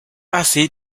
así